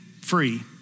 free